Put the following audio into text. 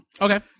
Okay